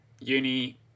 uni